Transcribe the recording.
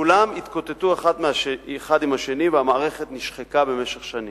כולם התקוטטו האחד עם השני והמערכת נשחקה במשך שנים,